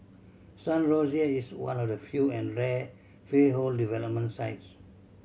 Sun Rosier is one of the few and rare freehold development sites